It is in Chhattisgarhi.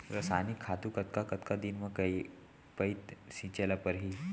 रसायनिक खातू कतका कतका दिन म, के पइत छिंचे ल परहि?